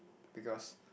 because